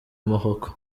morocco